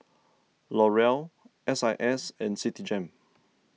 L'Oreal S I S and Citigem